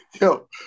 Yo